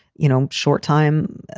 you know, short time,